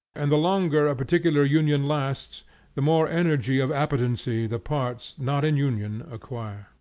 and the longer a particular union lasts the more energy of appetency the parts not in union acquire.